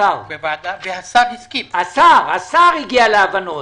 השר הגיע להבנות.